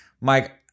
Mike